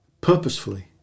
purposefully